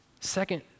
Second